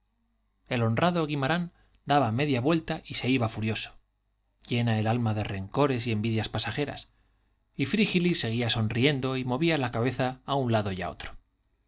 el honrado guimarán daba media vuelta y se iba furioso llena el alma de rencores y envidias pasajeras y frígilis seguía sonriendo y movía la cabeza a un lado y a otro